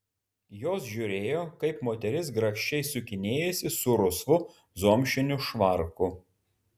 jos žiūrėjo kaip moteris grakščiai sukinėjasi su rusvu zomšiniu švarku